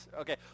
Okay